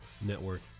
Network